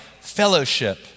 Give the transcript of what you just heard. fellowship